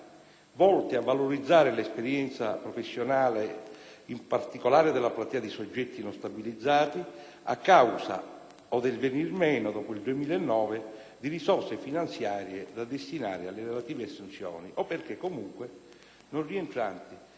volte a valorizzare l'esperienza professionale in particolare della platea di soggetti non stabilizzati o a causa del venir meno, dopo il 2009, di risorse finanziarie da destinare alle relative assunzioni o perché, comunque, non rientranti